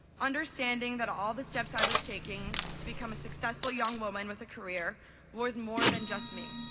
understanding that all the steps i was taking to become a successful young woman with a career was more than just me.